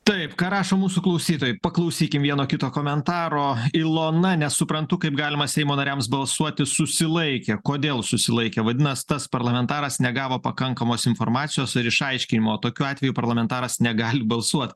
taip ką rašo mūsų klausytojai paklausykim vieno kito komentaro ilona nesuprantu kaip galima seimo nariams balsuoti susilaikė kodėl susilaikė vadinas tas parlamentaras negavo pakankamos informacijos ar išaiškinimo o tokiu atveju parlamentaras negali balsuot